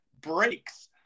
breaks